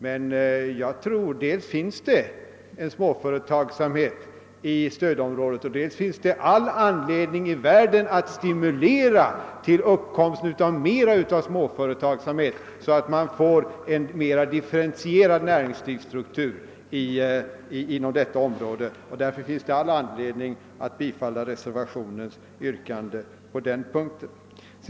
Men dels finns det en småföretagsamhet i stödområdet, dels finns det all anledning i världen att stimulera till uppkomsten av mera av småföretagsamhet, så att man får en mera differentierad näringslivsstruktur inom dessa områden. Därför finns det all anledning att bifalla reservationens yrkande på den punkten.